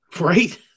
Right